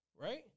Right